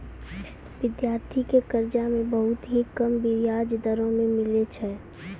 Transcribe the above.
विद्यार्थी के कर्जा मे बहुत ही कम बियाज दरों मे मिलै छै